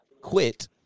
quit